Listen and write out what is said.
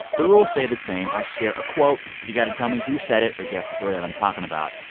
the rules stay the same. i share a quote. you've got to tell me who said it or guess the story that i'm talking about.